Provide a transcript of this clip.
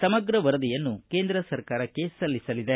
ಸಮಗ್ರ ವರದಿಯನ್ನು ಕೇಂದ್ರ ಸರ್ಕಾರಕ್ಕೆ ಸಲ್ಲಿಸಲಿದೆ